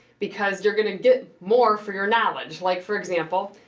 because, you're going to get more for your knowledge. like for example,